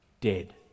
dead